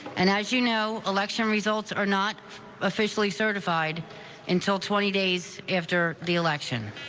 and as you know, election results are not officially certified until twenty days after the election.